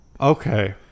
Okay